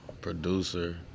Producer